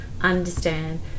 understand